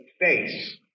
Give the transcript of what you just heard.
face